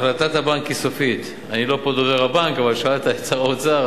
החלטת הבנק היא סופית: אני פה לא דובר הבנק אבל שאלת את שר האוצר,